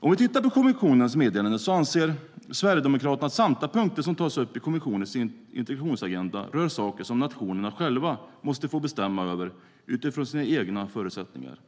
Vad gäller kommissionens meddelande anser Sverigedemokraterna att samtliga punkter som tas upp i kommissionens integrationsagenda rör saker som nationerna själva måste få bestämma över utifrån sina egna förutsättningar.